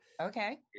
Okay